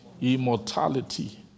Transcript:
Immortality